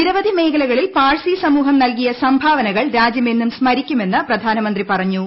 നിരവധി മേഖലകളിൽ പാഴ്സി സമൂഹം നൽകിയ സംഭാവനകൾ രാജ്യം എന്നും സ്മരിക്കുമെന്ന് പ്രധാനമന്ത്രി പറഞ്ഞു